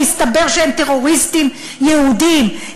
שהסתבר שהם טרוריסטים יהודים.